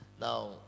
Now